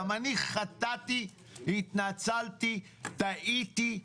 גם אני חטאתי, התנצלתי, טעיתי.